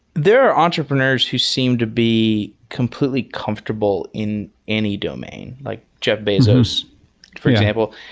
there are entrepreneurs who seem to be completely comfortable in any domain, like jeff bezos for example.